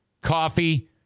Coffee